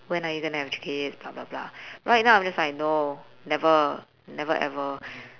when are you gonna have kids blah blah blah right now I'm just like no never never ever